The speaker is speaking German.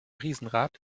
riesenrad